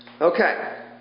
Okay